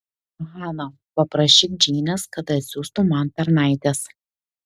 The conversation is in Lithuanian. hana paprašyk džeinės kad atsiųstų man tarnaites